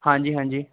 ਹਾਂਜੀ ਹਾਂਜੀ